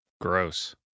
gross